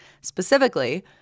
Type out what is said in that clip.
Specifically